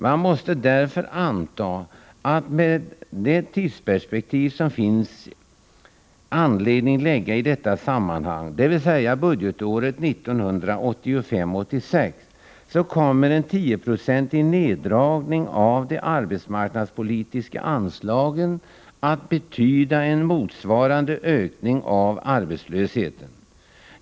Man måste därför anta att med det tidsperspektiv som det finns anledning lägga i detta sammanhang, dvs. budgetåret 1985/86, kommer en tioprocentig neddragning av de arbetsmarknadspolitiska anslagen att betyda en motsvarande ökning av arbetslösheten.